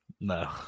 No